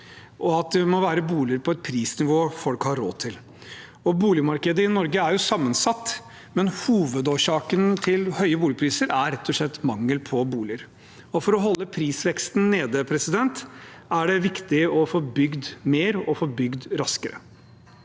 og at det må være boliger på et prisnivå folk har råd til. Boligmarkedet i Norge er sammensatt, men hovedårsaken til høye boligpriser er rett og slett mangel på boliger. For å holde prisveksten nede er det viktig å få bygd mer og få bygd raskere.